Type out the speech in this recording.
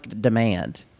demand